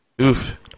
Oof